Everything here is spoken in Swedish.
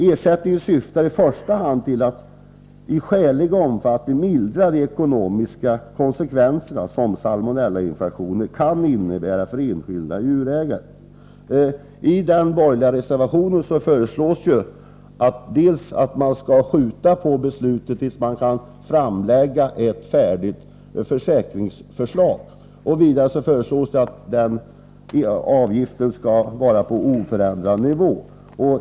Ersättningen syftar i första hand till att i skälig omfattning mildra de ekonomiska konsekvenserna som salmonellainfektioner kan innebära för enskilda djurägare. I den borgerliga reservationen föreslås dels att man skall skjuta på beslutet tills man kan framlägga ett färdigt försäkringsförslag, dels att avgiften skall vara kvar på oförändrad nivå.